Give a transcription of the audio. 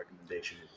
recommendation